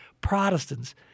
Protestants